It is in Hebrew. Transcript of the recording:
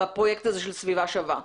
בפרויקט הזה של סביבה שווה.